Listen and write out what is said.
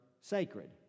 sacred